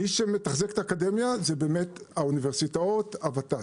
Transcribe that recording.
מי שמתחזק את האקדמיה זה האוניברסיטאות, הוות"ת.